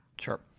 sure